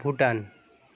Bhutan